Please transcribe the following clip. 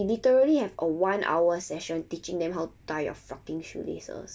we literally have a one hour session teaching them how to tie your fucking shoelaces